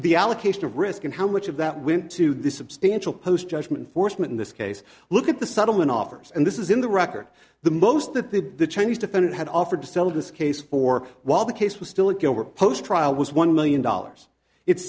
the allocation of risk and how much of that went to the substantial post judgement foresman in this case look at the settlement offers and this is in the record the most that the chinese defendant had offered to sell this case for while the case was still a go riposte trial was one million dollars it